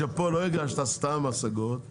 רק בגלל שפה לא הגשת סתם הסתייגויות,